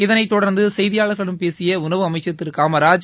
இதனைத் தொடர்ந்து செய்தியாளர்களிடம் பேசிய உணவு அமைசன் திரு காமராஜ்